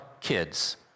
kids